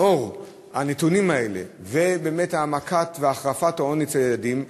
לאור הנתונים האלה וההעמקה וההחרפה של העוני אצל ילדים,